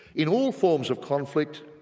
in all forms of conflict,